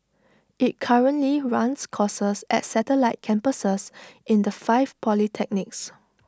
IT currently runs courses at satellite campuses in the five polytechnics